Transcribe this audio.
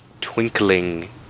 twinkling